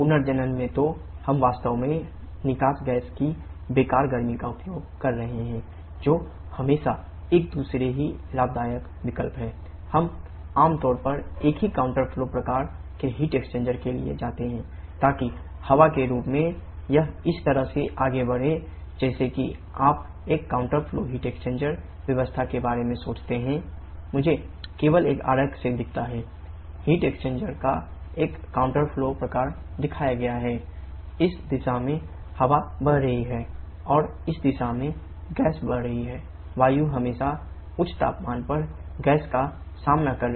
जैसा कि आरेख में दिखाया गया है वैसा ही चीज़ Ts आरेख से भी मिल सकता है